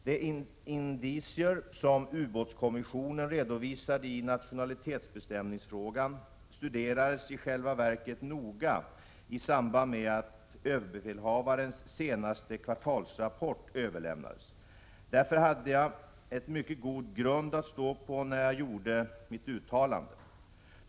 De indicier som ubåtsskyddskommissionen redovisade i nationalitetsbestämningsfrågan studerades i själva verket noga i samband med att överbefälhavarens senaste kvartalsrapport överlämnades. Därför hade jag en mycket god grund att stå på när jag gjorde mitt uttalande.